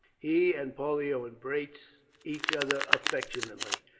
he and pollio embraced each other affectionately.